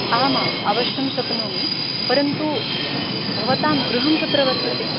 आमाम् अवश्यं श्क्नोमि परन्तु भवतां गृहं कुत्र वर्तते